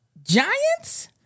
Giants